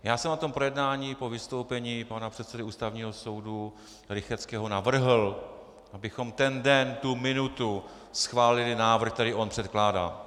Já jsem na tom projednání po vystoupení pana předsedy Ústavního soudu Rychetského navrhl, abychom ten den, tu minutu schválili návrh, který on předkládá.